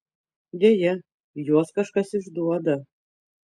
deja juos kažkas išduoda